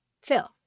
Phil